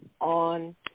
on